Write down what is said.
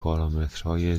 پارامترهای